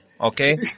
okay